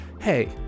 hey